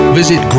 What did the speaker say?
visit